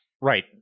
Right